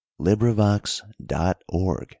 Librivox.org